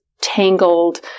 tangled